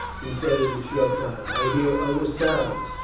he said in a short time, i hear other sounds.